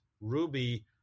Ruby